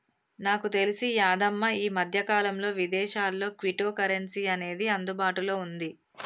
నాకు తెలిసి యాదమ్మ ఈ మధ్యకాలంలో విదేశాల్లో క్విటో కరెన్సీ అనేది అందుబాటులో ఉంది